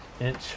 inch